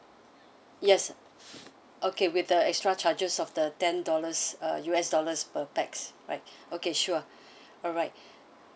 yes okay with the extra charges of the ten dollars uh U_S dollars per pax right okay sure alright